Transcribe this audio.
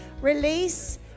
release